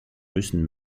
müssen